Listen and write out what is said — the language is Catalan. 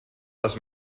les